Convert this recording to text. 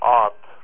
art